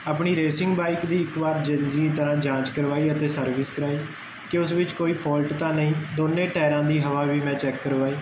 ਆਪਣੀ racing bike ਦੀ ਇੱਕ ਵਾਰ ਜਨਜੀ ਤਰ੍ਹਾਂ ਜਾਂਚ ਕਰਵਾਈ ਅਤੇ ਸਰਵਿਸ ਕਰਵਾਈ ਕੇ ਉਸ ਵਿੱਚ ਕੋਈ ਫੋਲਟ ਤਾਂ ਨਹੀਂ ਦੋਨੇ ਟੈਰਾਂ ਦੀ ਹਵਾ ਵੀ ਮੈਂ ਚੈੱਕ ਕਰਵਾਈ